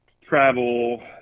travel